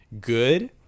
good